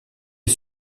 est